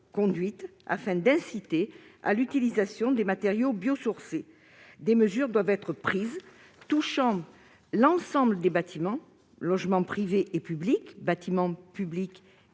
conduite afin d'inciter à l'utilisation des matériaux biosourcés des mesures doivent être prises, touchant l'ensemble des bâtiments logements privés et publics, bâtiments publics